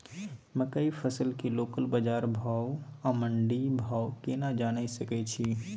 मकई फसल के लोकल बाजार भाव आ मंडी भाव केना जानय सकै छी?